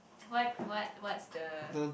what what what's the